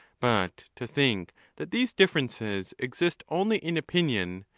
but to think that these differences exist only in opinion,